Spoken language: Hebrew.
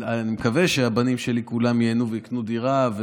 אני מקווה שהבנים שלי כולם ייהנו ויקנו דירה.